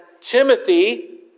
Timothy